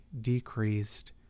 decreased